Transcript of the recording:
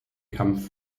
kampf